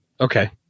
Okay